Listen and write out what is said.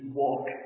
walk